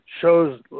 shows